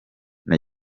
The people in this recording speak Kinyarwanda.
nta